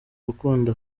gukunda